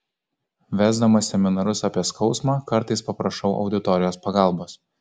vesdamas seminarus apie skausmą kartais paprašau auditorijos pagalbos